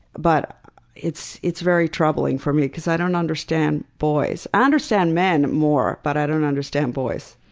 but it's it's very troubling for me, because i don't understand boys. i understand men more, but i don't understand boys.